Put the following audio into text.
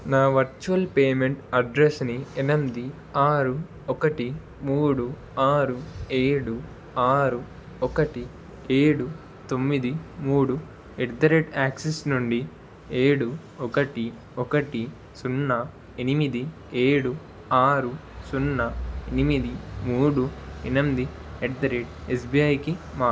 నా virtual payment అడ్రెస్సుని ఎనిమిది ఆరు ఒకటి మూడు ఆరు ఏడు ఆరు ఒకటి ఏడు తొమ్మిది మూడు అట్ ద రేట్ యాక్సిస్ నుండి ఏడు ఒకటి ఒకటి సున్నా ఎనిమిది ఏడు ఆరు సున్నా ఎనిమిది మూడు ఎనిమిది అట్ ద రేట్ ఎస్బీఐకి మార్చు